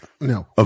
No